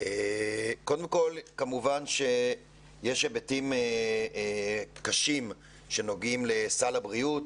קודם כל כמובן שיש היבטים קשים שנוגעים לסל הבריאות,